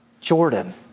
Jordan